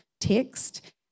text